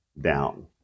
down